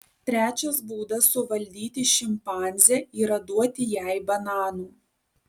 trečias būdas suvaldyti šimpanzę yra duoti jai bananų